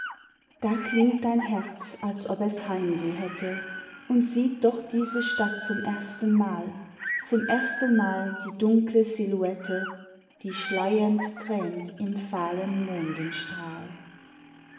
da klingt dein herz als ob es heimweh hätte und sieht doch diese stadt zum erstenmal zum erstenmal die dunkle silhouette die schleiernd tränt im fahlen